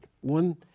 One